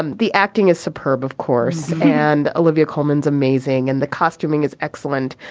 um the acting is superb, of course. and olivia coleman's amazing. and the costuming is excellent.